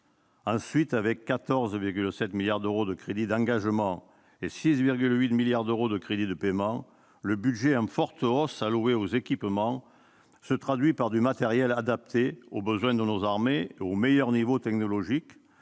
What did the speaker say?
Ensuite, avec 14,7 milliards d'euros de crédits d'engagement et 6,8 milliards d'euros de crédits de paiement, le budget en forte hausse alloué aux équipements se traduit par du matériel adapté aux besoins de nos armées et au meilleur niveau technologique,